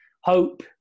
hope